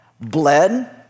bled